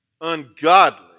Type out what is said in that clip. ungodly